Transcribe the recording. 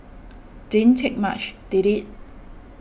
didn't take much did it